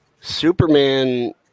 Superman